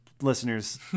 listeners